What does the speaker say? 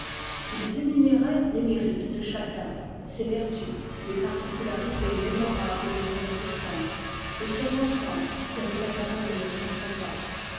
ils énuméraient les mérites de chacun ses vertus les particularités mémorables de son existence les circonstances qui avaient accompagné son trépas